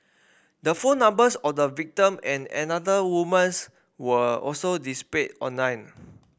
the phone numbers of the victim and another woman's were also displayed online